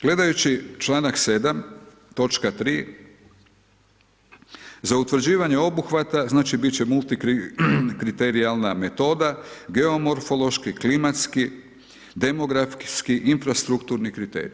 Gledajući članak 7. točka 3. za utvrđivanje obuhvata, znači bit će multikriterijalna metoda, geomorfološki, klimatski, demografski, infrastrukturni kriterij.